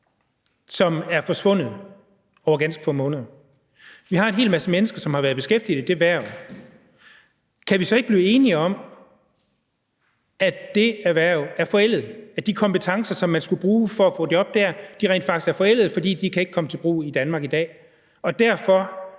som er forsvundet over ganske få måneder, og vi har en hel masse mennesker, som har været beskæftiget i det erhverv. Kan vi så ikke blive enige om, at det erhverv er forældet, at de kompetencer, som man skulle bruge for at få job der, rent faktisk er forældede, fordi de ikke kan komme i brug i Danmark i dag, og hvis